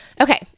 Okay